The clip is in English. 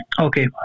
Okay